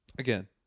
Again